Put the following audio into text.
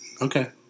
okay